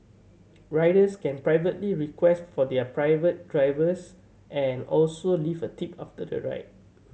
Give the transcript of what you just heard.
riders can privately request for their preferred drivers and also leave a tip after the ride